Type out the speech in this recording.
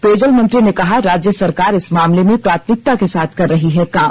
पेयजल मंत्री ने कहा राज्य सरकार इस मामले में प्राथमिकता के साथ कर रही है काम